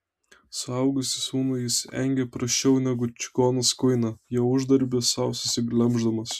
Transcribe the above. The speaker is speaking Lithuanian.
suaugusį sūnų jis engė prasčiau negu čigonas kuiną jo uždarbį sau susiglemždamas